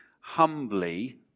humbly